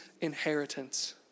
inheritance